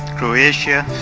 croatia,